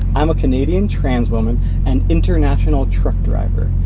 i'm a canadian transwoman and international truck driver.